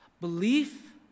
Belief